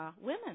women